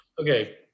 Okay